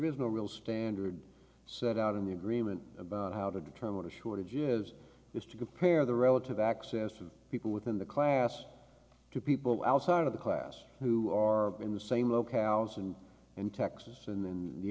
is no real standard set out in the agreement about how to determine a shortage is is to compare the relative access of people within the class to people outside of the class who are in the same locales and in texas in the